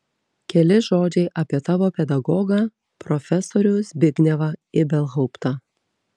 keli žodžiai apie tavo pedagogą profesorių zbignevą ibelhauptą